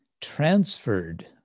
transferred